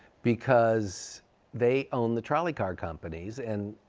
because they owned the trolley car companies. and